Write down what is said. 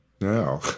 No